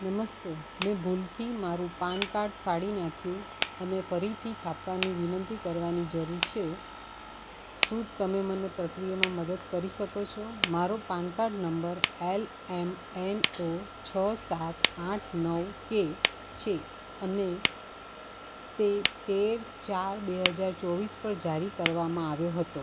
નમસ્તે મેં ભૂલથી મારું પાનકાર્ડ ફાડી નાખ્યું અને ફરીથી છાપવાની વિનંતી કરવાની જરૂર છે શું તમે મને પ્રક્રિયામાં મદદ કરી શકો છો મારો પાનકાર્ડ નંબર એલ એમ એન ઓ છ સાત આઠ નવ કે છે અને તે તેર ચાર બે હજાર ચોવીસ પર જારી કરવામાં આવ્યો હતો